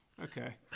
Okay